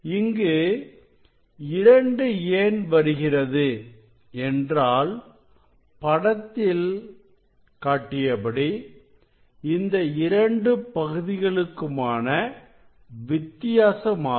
இங்கு 2 ஏன் வருகிறது என்றால் படத்தில் காட்டியபடி இந்த இரண்டு பகுதிகளுக்குமான வித்தியாசமாகும்